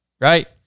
right